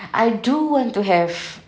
I do want to have